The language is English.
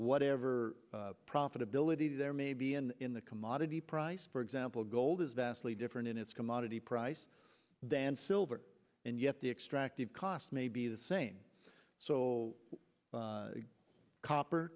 whatever profitability there may be and in the commodity price for example gold is vastly different in its commodity price than silver and yet the extractive cost may be the same so copper